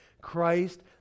Christ